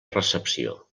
recepció